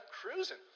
cruising